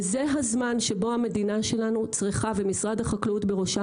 וזה הזמן שבו המדינה שלנו צריכה ומשרד החקלאות בראשה,